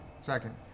Second